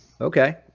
Okay